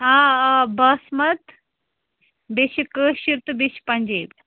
آ آ باسمَت بیٚیہِ چھِ کٲشِر تہِ بیٚیہِ چھِ پَنجٲبۍ